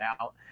out